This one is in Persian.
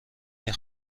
این